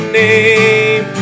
name